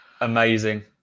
Amazing